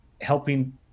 helping